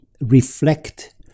reflect